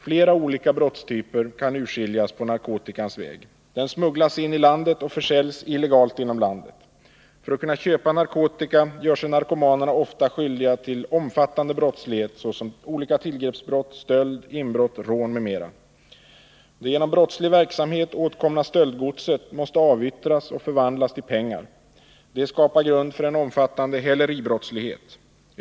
Flera olika brottstyper kan urskiljas på narkotikans väg. Den smugglas in i landet och försäljs illegalt inom landet. För att kunna köpa narkotika gör sig narkomanerna ofta skyldiga till omfattande brottslighet, såsom olika tillgreppsbrott, stöld, inbrott, rån m.m. Det genom brottslig verksamhet åtkomna stöldgodset måste oftast avyttras och förvandlas till reda pengar. Detta skapar grund för en omfattande häleribrottslighet.